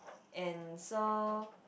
and so